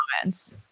comments